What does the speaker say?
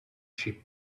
sheep